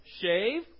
Shave